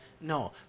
No